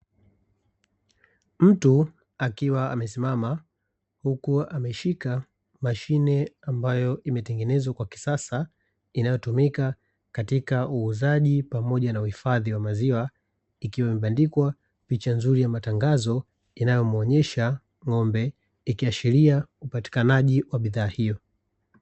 Mtu akiwa amesimama huku ameshika mashine ambayo imetengenezwa kwa kisasa, inayotumika katika uuzaji pamoja na uhifadhi wa maziwa. Ikiwa imebandikwa picha nzuri ya matangazo inayomuonyesha ng'ombe, ikiashiria upatikanaji wa bidhaa hiyo.